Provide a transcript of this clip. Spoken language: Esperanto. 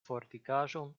fortikaĵon